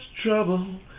trouble